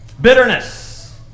bitterness